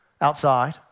outside